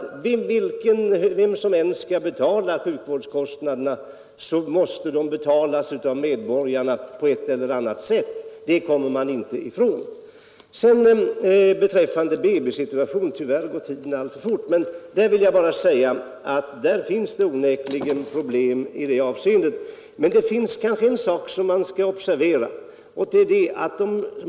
Sjukvårdskostnaderna måste ändå betalas av medborgarna på ett eller annat sätt. Det kommer man inte ifrån. I fråga om BB-situationen finns det onekligen problem. Men en sak skall man observera.